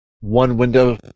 one-window